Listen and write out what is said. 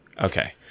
okay